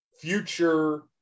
future